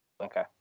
Okay